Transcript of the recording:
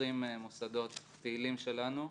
ב-20 מוסדות פעילים שלנו,